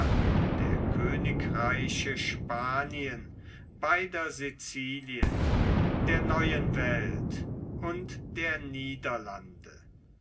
der königreiche spanien beider sicilien der neuen welt und der niederlande